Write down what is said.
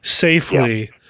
safely